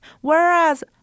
Whereas